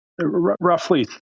roughly